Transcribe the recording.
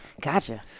Gotcha